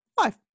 five